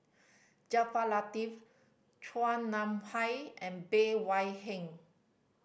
Jaafar Latiff Chua Nam Hai and Bey Hua Heng